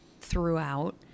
throughout